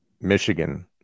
Michigan